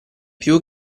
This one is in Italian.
più